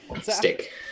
Stick